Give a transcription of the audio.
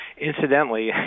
incidentally